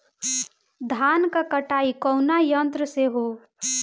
धान क कटाई कउना यंत्र से हो?